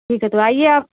ठीक है तो आइए आप